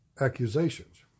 accusations